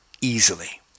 easily